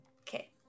Okay